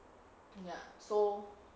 ya so